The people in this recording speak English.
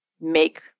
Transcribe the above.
make